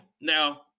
Now-